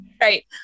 Right